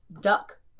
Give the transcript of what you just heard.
duck